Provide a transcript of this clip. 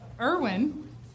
Irwin